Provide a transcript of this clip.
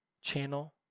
channel